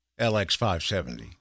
LX570